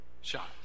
shot